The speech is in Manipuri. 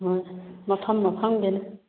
ꯍꯣꯏ ꯃꯐꯝ ꯃꯐꯝꯒꯤꯅꯤ